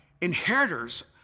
inheritors